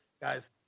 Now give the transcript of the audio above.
Guys